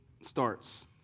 starts